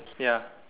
ya